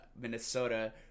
Minnesota